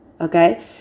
Okay